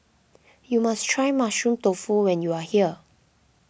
you must try Mushroom Tofu when you are here